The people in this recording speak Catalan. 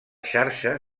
xarxa